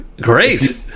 Great